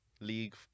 League